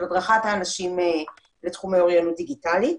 של הדרכת האנשים בתחומי אוריינות דיגיטלית.